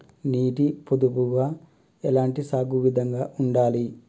నీటి పొదుపుగా ఎలాంటి సాగు విధంగా ఉండాలి?